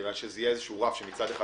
שיהיה רף שמצד אחד,